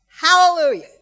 Hallelujah